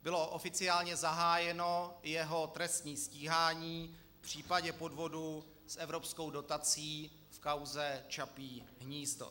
Bylo oficiálně zahájeno jeho trestní stíhání v případě podvodu s evropskou dotací v kauze Čapí hnízdo.